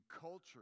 culture